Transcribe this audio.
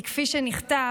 כי כפי שנכתב: